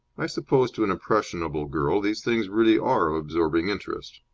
i suppose to an impressionable girl these things really are of absorbing interest.